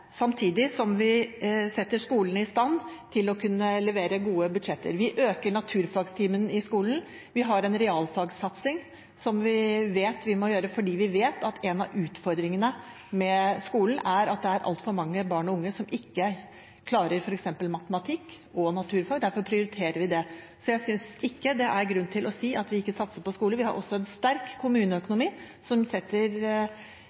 samtidig som vi setter skolene i stand til å kunne levere gode budsjetter. Vi øker antall naturfagtimer i skolen. Vi har en realfagsatsing som vi vet vi må ha, fordi vi vet at en av utfordringene i skolen er at det er altfor mange barn og unge som ikke klarer f.eks. matematikk og naturfag. Derfor prioriterer vi det. Så jeg synes ikke det er grunn til å si at vi ikke satser på skole. Vi har også en sterk kommuneøkonomi, som setter